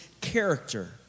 character